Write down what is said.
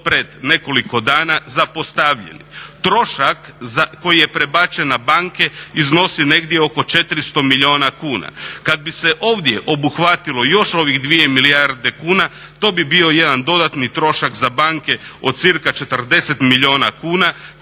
pred nekoliko dana zapostavljeni. Trošak koji je prebačen na banke iznosi negdje oko 400 milijuna kuna. Kad bi se ovdje obuhvatilo još ovih dvije milijarde kuna to bi bio jedan dodatni trošak za banke od cirka 40 milijuna kuna